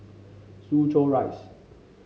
Soo Chow Rise